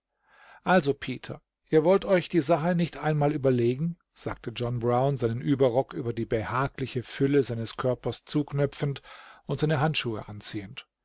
also peter ihr wollt euch die sache nicht einmal überlegen sagte john brown seinen überrock über die behagliche fülle seines körpers zuknöpfend und seine handschuhe anziehend